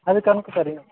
அது கணக்கு தெரியும்